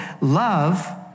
love